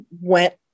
went